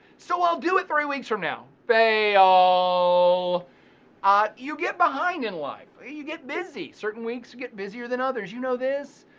so i'll do it three weeks from now, fail. so ah you get behind in life, but you get busy, certain weeks get busier than others, you know this.